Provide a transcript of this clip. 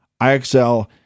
IXL